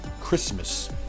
Christmas